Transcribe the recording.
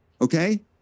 okay